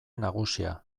nagusia